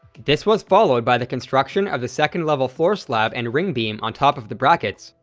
this was followed by the construction of the second level floor slab and ring beam on top of the brackets,